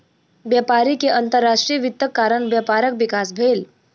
व्यापारी के अंतर्राष्ट्रीय वित्तक कारण व्यापारक विकास भेल